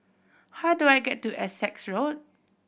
how do I get to Essex Road